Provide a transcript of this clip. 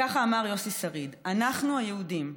כך אמר יוסי שריד: "אנחנו, היהודים,